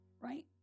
Right